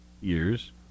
years